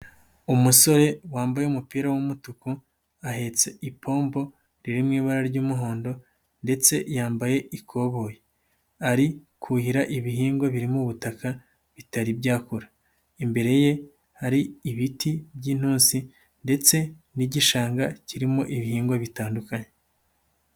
Umusore wambaye umupira w'umutuku ahetse ipombo iri mu ibara ry'umuhondo ndetse yambaye ikoboye, ari kuhira ibihingwa biri mu butaka bitari byakura, imbere ye hari ibiti by'intusi ndetse n'igishanga kirimo ibihingwa bitandukanye.